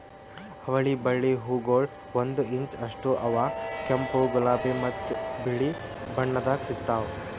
ಅವಳಿ ಬಳ್ಳಿ ಹೂಗೊಳ್ ಒಂದು ಇಂಚ್ ಅಷ್ಟು ಅವಾ ಕೆಂಪು, ಗುಲಾಬಿ ಮತ್ತ ಬಿಳಿ ಬಣ್ಣದಾಗ್ ಸಿಗ್ತಾವ್